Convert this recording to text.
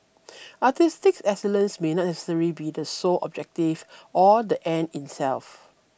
artistic excellence may not necessarily be the sole objective or the end in self